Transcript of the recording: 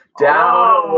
Down